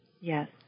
Yes